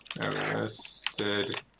arrested